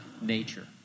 nature